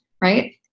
right